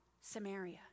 Samaria